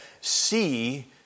see